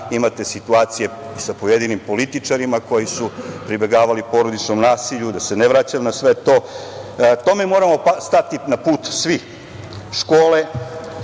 imate situacije sa pojedinim političarima koji su pribegavali porodičnom nasilju, da se ne vraćam na sve to. Tome moramo stati na put. Škole